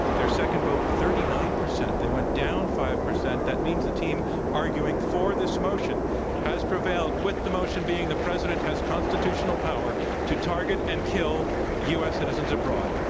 their second vote, thirty nine percent. they went down five percent. that means the team arguing for this motion has prevailed, with the motion being the president has constitutional power to target and kill u. s. citizens abroad.